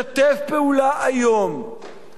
היום עם נתניהו,